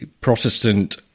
Protestant